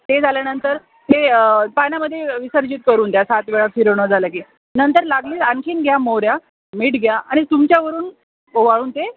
ते झाल्यानंतर ते पाण्यामध्ये विसर्जित करून द्या सात वेळा फिरवणं झालं की नंतर लागले आणखीन घ्या मोहऱ्या मीठ घ्या आणि तुमच्यावरून ओवाळून ते